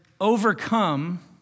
overcome